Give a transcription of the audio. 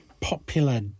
popular